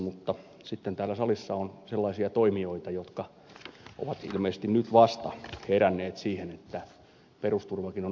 mutta sitten täällä salissa on sellaisia toimijoita jotka ovat ilmeisesti nyt vasta heränneet siihen että perusturvakin on olemassa